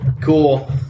cool